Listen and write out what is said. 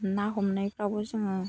ना हमनायफ्रावबो जोङो